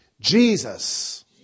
Jesus